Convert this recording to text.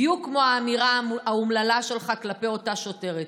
בדיוק כמו האמירה האומללה שלך כלפי אותה שוטרת.